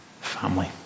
family